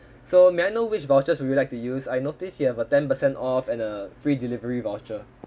so may I know which vouchers would you like to use I noticed you have a ten percent off and a free delivery voucher